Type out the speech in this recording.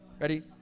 Ready